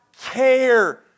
care